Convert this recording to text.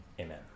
Amen